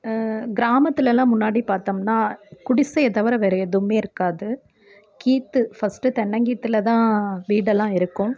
கிராமத்துலெலாம் முன்னாடி பார்த்தம்னா குடிசையை தவிர வேறு எதுவுமே இருக்காது கீற்று ஃபஸ்ட்டு தென்னங்கீற்றில் தான் வீடெல்லாம் இருக்கும்